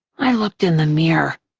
i looked in the mirror.